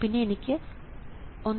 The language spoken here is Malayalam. പിന്നെ എനിക്ക് 1